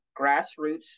grassroots